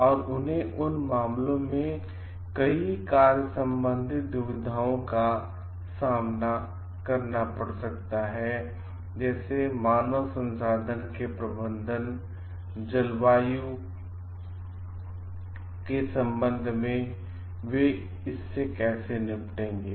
और उन्हें उन मामलों में कई कार्य सम्बंधित दुविधा का सामना करना पड़ सकता है जैसे मानव संसाधन के प्रबंधन और जलवायु के संबंध में और वे इससे कैसे निपटेंगे